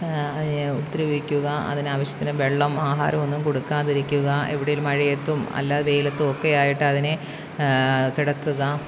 അതിനെ ഉപദ്രവിക്കുക അതിന് ആവശ്യത്തിന് വെള്ളം ആഹാരം ഒന്നും കൊടുക്കാതിരിക്കുക എവിടെയെങ്കിലും മഴയത്തും അല്ല വെയിലത്തും ഒക്കെ ആയിട്ട് അതിനെ കിടത്തുക